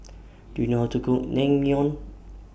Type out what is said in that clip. Do YOU know How to Cook Naengmyeon